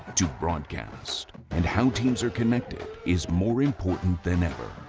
to broadcast and how teams are connected is more important than ever.